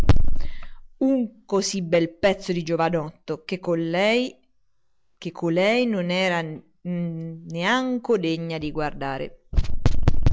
un così bel pezzo di giovanotto che colei non era neanco degna di guardare